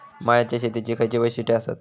मळ्याच्या शेतीची खयची वैशिष्ठ आसत?